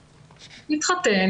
שהתחתן,